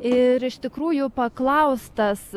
ir iš tikrųjų paklaustas